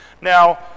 Now